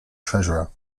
treasurer